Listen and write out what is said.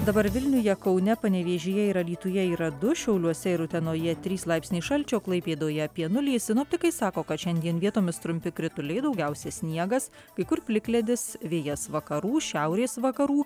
dabar vilniuje kaune panevėžyje ir alytuje yra du šiauliuose ir utenoje trys laipsniai šalčio klaipėdoje apie nulį sinoptikai sako kad šiandien vietomis trumpi krituliai daugiausiai sniegas kai kur plikledis vėjas vakarų šiaurės vakarų